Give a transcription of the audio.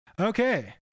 Okay